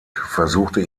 versuchte